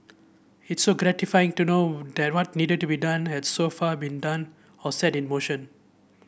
it's gratifying to know that what needed to be done has so far been done or set in motion